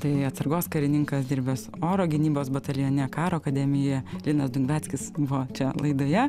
tai atsargos karininkas dirbęs oro gynybos batalione karo akademijoje linas dungveckis buvo čia laidoje